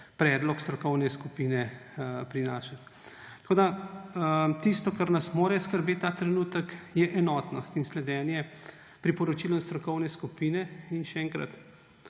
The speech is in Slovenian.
predlog strokovne skupine prinašati. Tisto, kar nas mora skrbeti ta trenutek, je enotnost in sledenje priporočilom strokovne skupine in, še enkrat,